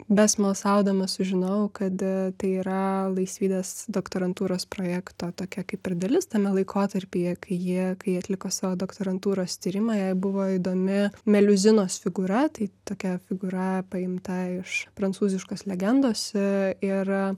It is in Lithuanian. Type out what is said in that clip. besmalsaudama sužinojau kad tai yra laisvydės doktorantūros projekto tokia kaip ir dalis tame laikotarpyje kai ji kai atliko savo doktorantūros tyrimą jai buvo įdomi meliuzinos figūra tai tokia figūra paimta iš prancūziškos legendos ir